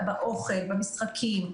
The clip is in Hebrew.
יישר כוח, אני חושב שאתם עושים עבודה יפה.